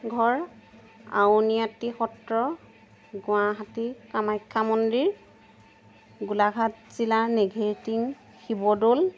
ঘৰ আউনী আটী সত্ৰ গুৱাহাটী কামাখ্যা মন্দিৰ গোলাঘাট জিলা নেঘেৰিটিং শিৱ দৌল